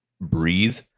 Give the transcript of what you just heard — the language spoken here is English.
breathe